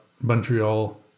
Montreal